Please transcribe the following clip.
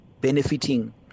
benefiting